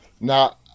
Now